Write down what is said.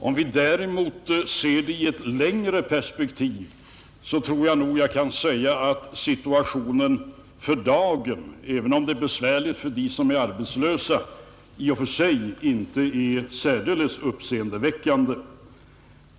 Om vi däremot ser frågan i ett längre perspektiv, finner vi att situationen för dagen, även om den är besvärlig för dem som är arbetslösa, i och för sig inte är uppseendeväckande.